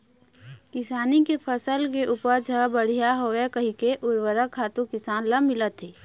किसानी के फसल के उपज ह बड़िहा होवय कहिके उरवरक खातू किसान ल मिलत हे